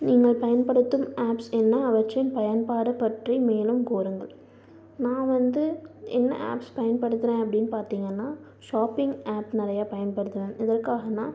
நீங்கள் பயன்படுத்தும் ஆப்ஸ் என்ன அவற்றின் பயன்பாடு பற்றி மேலும் கூறுங்கள் நான் வந்து என்ன ஆப்ஸ் பயன்படுத்துறேன் அப்படின்னு பார்த்திங்கன்னா ஷாப்பிங் ஆப் நிறைய பயன்படுத்துவேன் எதற்காகன்னா